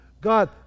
God